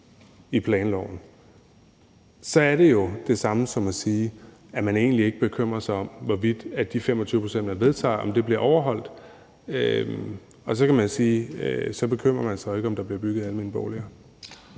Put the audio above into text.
i planloven, så er det jo det samme som at sige, at man egentlig ikke bekymrer sig om, hvorvidt det bliver overholdt med de 25 pct., man vedtager, og så kan man sige, at så bekymrer man sig ikke om, om der bliver bygget almene boliger.